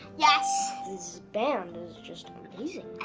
yes! this band is just amazing!